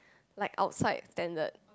like outside standards